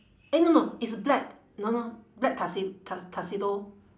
eh no no it's black no no black tuxe~ tu~ tuxedo